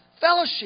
fellowship